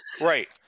Right